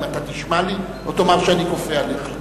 אתה תשמע לי או תאמר לי שאני כופה עליך?